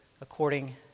according